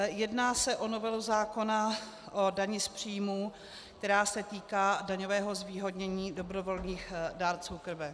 Jedná se o novelu zákona o dani z příjmů, která se týká daňového zvýhodnění dobrovolných dárců krve.